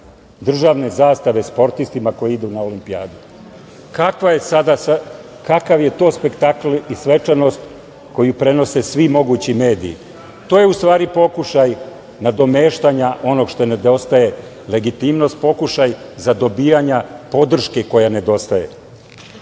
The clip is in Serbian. državne zastave sportistima koji idu na Olimpijadu. Kakav je to spektakl i svečanost koju prenose svi mogući mediji? To je, u stvari, pokušaj nadomeštanja onog što nedostaje, legitimnost, pokušaj zadobijanja podrške koja nedostaje. Šta